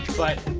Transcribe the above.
but